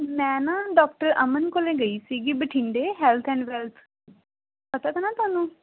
ਮੈਂ ਨਾ ਡਾਕਟਰ ਅਮਨ ਕੋਲ ਗਈ ਸੀਗੀ ਬਠਿੰਡੇ ਹੈਲਥ ਐਂਡ ਵੈਲਥ ਪਤਾ ਏ ਨਾ ਤੁਹਾਨੂੰ